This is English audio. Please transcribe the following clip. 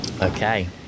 Okay